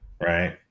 Right